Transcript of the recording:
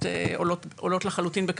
שוב,